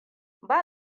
ba